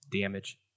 Damage